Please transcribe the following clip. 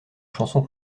chanson